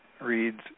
reads